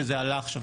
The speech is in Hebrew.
וזה עלה עכשיו,